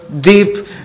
Deep